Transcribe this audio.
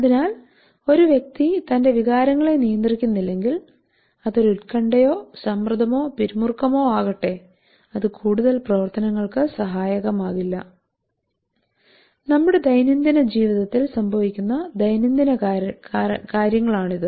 അതിനാൽ ഒരു വ്യക്തി തന്റെ വികാരങ്ങളെ നിയന്ത്രിക്കുന്നില്ലെങ്കിൽ അത് ഒരു ഉത്കണ്ഠയോ സമ്മർദ്ദമോ പിരിമുറുക്കമോ ആകട്ടെ അത് കൂടുതൽ പ്രവർത്തനങ്ങൾക്ക് സഹായകമാകില്ല നമ്മുടെ ദൈനംദിന ജീവിതത്തിൽ സംഭവിക്കുന്ന ദൈനംദിന കാര്യങ്ങളാണിത്